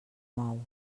mou